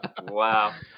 Wow